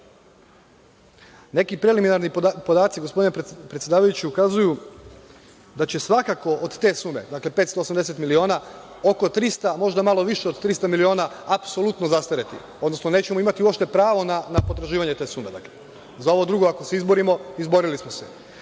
Neki preliminarni podaci, gospodine predsedavajući, ukazuju da će svakako od te sume od 580 miliona oko 300, možda malo više od 300 miliona apsolutno zastareti, odnosno nećemo imati uopšte pravo na potraživanje te sume. Za ovo drugo ako se izborimo, izborili smo se,